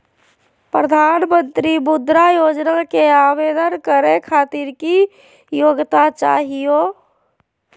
प्रधानमंत्री मुद्रा योजना के आवेदन करै खातिर की योग्यता चाहियो?